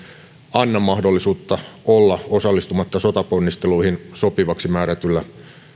anna mahdollisuutta olla osallistumatta sotaponnisteluihin sopivaksi määrätyllä